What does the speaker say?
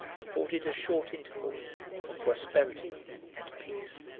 afforded a short interval of prosperity and peace.